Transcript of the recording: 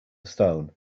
stone